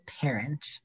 parent